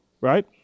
right